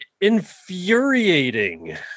infuriating